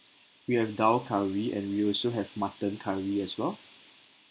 we have dal curry and we also have mutton curry as well